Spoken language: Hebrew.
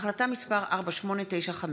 החלטה מס' 4895,